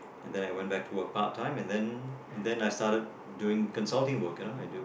and then I went back to a part time and then and then I started doing consulting work you know I do